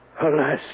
Alas